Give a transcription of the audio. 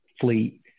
fleet